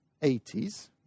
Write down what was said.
80s